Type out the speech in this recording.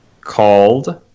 called